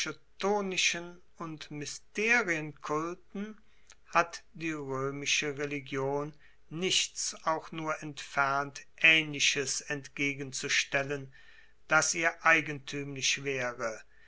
chthonischen und mysterienkulten hat die roemische religion nichts auch nur entfernt aehnliches entgegenzustellen das ihr eigentuemlich waere